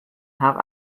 have